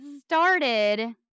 started